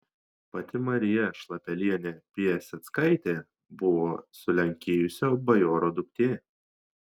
pati marija šlapelienė piaseckaitė buvo sulenkėjusio bajoro duktė